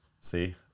See